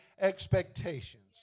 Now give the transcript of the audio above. expectations